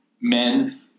men